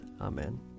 Amen